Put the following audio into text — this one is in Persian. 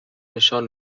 نشان